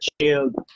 shield